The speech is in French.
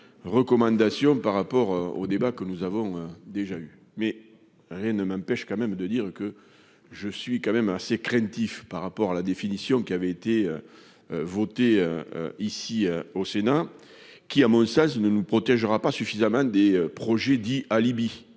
recommandations par rapport au débat que nous avons déjà eu mais rien ne m'empêche quand même de dire que je suis quand même assez craintif, par rapport à la définition qui avait été voté ici au Sénat, qui à mon sens ne nous protégera pas suffisamment des projets dits alibi,